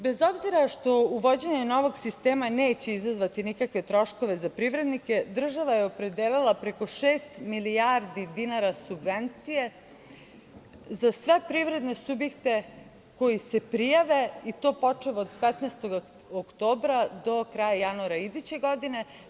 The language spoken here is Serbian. Bez obzira što uvođenje novog sistema neće izazvati nikakve troškove za privrednike, država je opredelila preko šest milijardi dinara subvencije za sve privredne subjekte koji se prijave i to počev od 15. oktobra do kraja januara iduće godine.